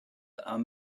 are